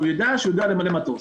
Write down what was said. שהוא יידע שהוא יכול למלא מטוס.